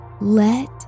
Let